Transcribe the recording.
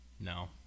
no